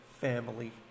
family